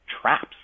traps